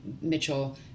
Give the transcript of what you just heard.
Mitchell